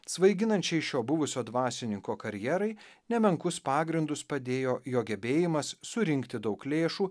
svaiginančiai šio buvusio dvasininko karjerai nemenkus pagrindus padėjo jo gebėjimas surinkti daug lėšų